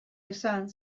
esan